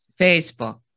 Facebook